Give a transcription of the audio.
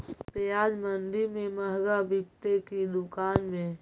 प्याज मंडि में मँहगा बिकते कि दुकान में?